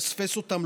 מפספס אותם,